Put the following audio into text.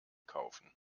kaufen